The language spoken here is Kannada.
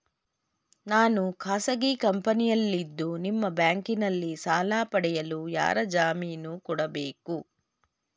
ನಾನು ಖಾಸಗಿ ಕಂಪನಿಯಲ್ಲಿದ್ದು ನಿಮ್ಮ ಬ್ಯಾಂಕಿನಲ್ಲಿ ಸಾಲ ಪಡೆಯಲು ಯಾರ ಜಾಮೀನು ಕೊಡಬೇಕು?